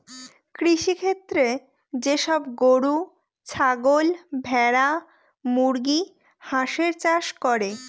কৃষিক্ষেত্রে যে সব গরু, ছাগল, ভেড়া, মুরগি, হাঁসের চাষ করে